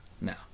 Now